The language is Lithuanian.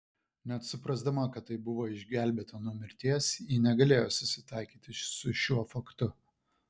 net suprasdama kad taip buvo išgelbėta nuo mirties ji negalėjo susitaikyti su šiuo faktu